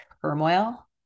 turmoil